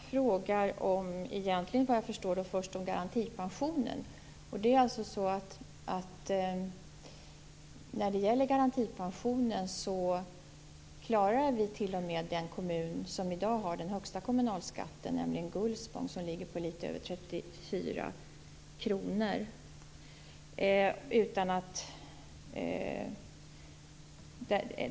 Fru talman! Vad jag förstår frågar Ragnhild Pohanka först om garantipensionen. När det gäller garantipensionen klarar vi t.o.m. den kommun som i dag har den högsta kommunalskatten, nämligen Gullspång som ligger på litet över 34 kr.